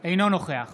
אינו נוכח